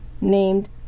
named